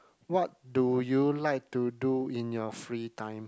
what do you like to do in your free time